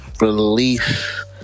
release